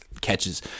catches